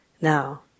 now